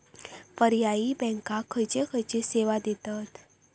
पर्यायी बँका खयचे खयचे सेवा देतत?